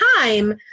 time